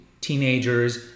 teenagers